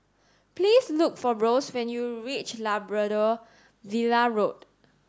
please look for Rose when you reach Labrador Villa Road